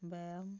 ବ୍ୟାୟାମ